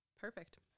Perfect